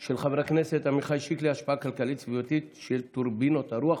של חבר הכנסת עמיחי שיקלי: השפעה כלכלית-סביבתית של טורבינות הרוח.